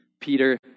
Peter